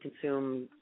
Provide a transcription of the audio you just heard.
consume